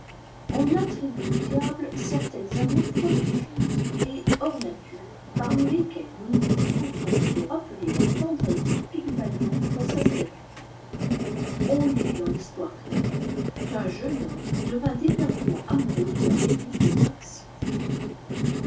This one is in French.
on attribue au diable certaines amours prodigieuses et hors nature parmi lesquelles nous noua contenterons de rappeler la tendresse de pygmalion pour sa statue on lit dans l'histoire grecque qu'un jeune homme devint éperdument amoureux de la vénus de praxitèle